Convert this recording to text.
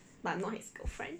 but I'm not his girlfriend